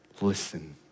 Listen